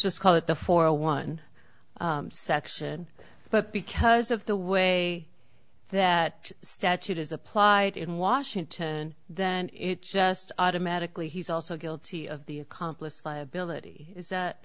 just call it the for one section but because of the way that statute is applied in washington then it just automatically he's also guilty of the accomplice liability is